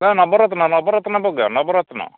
ନା ନବରତ୍ନ ନବରତ୍ନ ପକା ନବରତ୍ନ